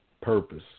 Purpose